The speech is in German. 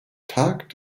tag